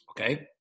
okay